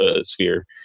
sphere